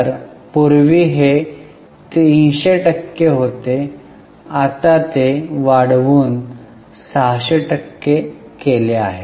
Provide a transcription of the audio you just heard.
तर पूर्वी हे 300 टक्के होते आता ते वाढवून 600 टक्के केले आहे